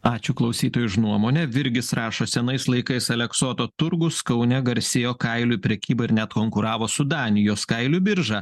ačiū klausytojai už nuomonę virgis rašo senais laikais aleksoto turgus kaune garsėjo kailių prekyba ir net konkuravo su danijos kailių birža